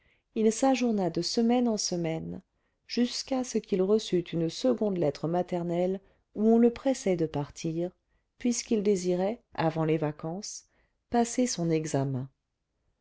il s'ajourna de semaine en semaine jusqu'à ce qu'il reçût une seconde lettre maternelle où on le pressait de partir puisqu'il désirait avant les vacances passer son examen